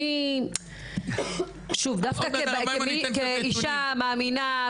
אני שוב דווקא כאשה מאמינה,